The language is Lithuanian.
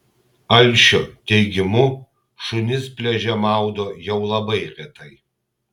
alšio teigimu šunis pliaže maudo jau labai retai